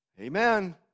Amen